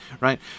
right